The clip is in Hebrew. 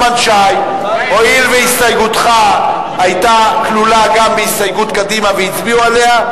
הואיל והסתייגותך היתה כלולה גם בהסתייגות קדימה והצביעו עליה,